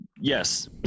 Yes